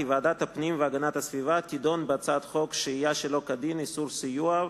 כי ועדת הפנים והגנת הסביבה תדון בהצעת חוק שהייה שלא כדין (איסור סיוע)